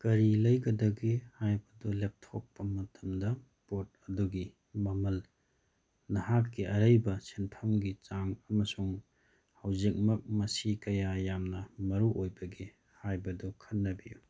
ꯀꯔꯤ ꯂꯩꯒꯗꯒꯦ ꯍꯥꯏꯕꯗꯨ ꯂꯦꯞꯊꯣꯛꯄ ꯃꯇꯝꯗ ꯄꯣꯠ ꯑꯗꯨꯒꯤ ꯃꯃꯜ ꯅꯍꯥꯛꯀꯤ ꯑꯔꯩꯕ ꯁꯦꯟꯊꯪꯒꯤ ꯆꯥꯡ ꯑꯃꯁꯨꯡ ꯍꯧꯖꯤꯛꯃꯛ ꯃꯁꯤ ꯀꯌꯥ ꯌꯥꯝꯅ ꯃꯔꯨ ꯑꯣꯏꯕꯒꯦ ꯍꯥꯏꯕꯗꯨ ꯈꯟꯅꯕꯤꯌꯨ